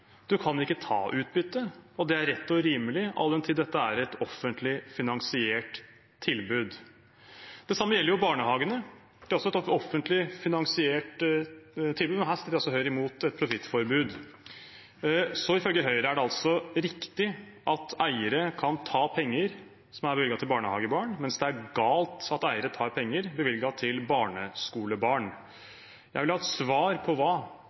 Du kan ikke ta utbytte. Og det er rett og rimelig all den tid dette er et offentlig finansiert tilbud. Det samme gjelder barnehagene. Det er også et offentlig finansiert tilbud, men her stiller altså Høyre seg imot et profittforbud. Ifølge Høyre er det altså riktig at eiere kan ta penger som er bevilget til barnehagebarn, mens det er galt at eiere tar penger bevilget til barneskolebarn. Jeg vil ha et svar på hva